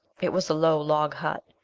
it was a low log-hut,